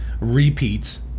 repeats